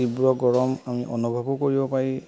তীব্ৰ গৰম আমি অনুভৱো কৰিব পাৰি